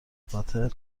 پاتر